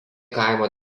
kaimo